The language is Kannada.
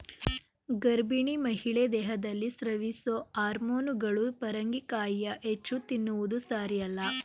ಗರ್ಭಿಣಿ ಮಹಿಳೆ ದೇಹದಲ್ಲಿ ಸ್ರವಿಸೊ ಹಾರ್ಮೋನುಗಳು ಪರಂಗಿಕಾಯಿಯ ಹೆಚ್ಚು ತಿನ್ನುವುದು ಸಾರಿಯಲ್ಲ